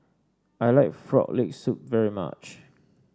I like Frog Leg Soup very much